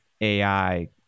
AI